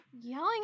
yelling